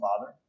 Father